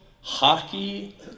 hockey